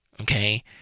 okay